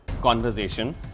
conversation